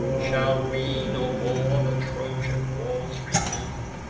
shall we no more the trojan walls renew,